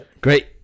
Great